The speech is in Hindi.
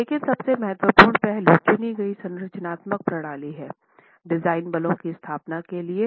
लेकिन सबसे महत्वपूर्ण पहलू चुनी हुई संरचनात्मक प्रणाली के डिजाइन बलों की स्थापना के लिए हैं